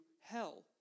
hell